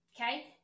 Okay